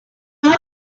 how